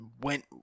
went